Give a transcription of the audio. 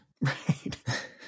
Right